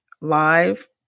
live